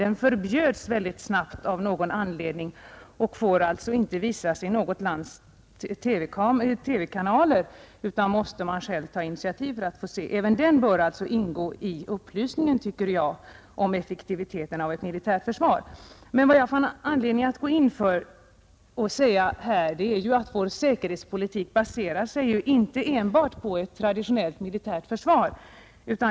Den filmen förbjöds snabbt av någon anledning och får inte visas i något lands TV-kanaler. Man måste själv ta initiativ för att få se den. Även den filmen bör ingå i upplysningen om effektiviteten av ett militärt försvar. Vad jag vill framhålla här är att vår säkerhetspolitik ju inte baserar sig enbart på ett traditionellt militärt försvar.